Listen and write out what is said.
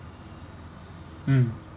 mm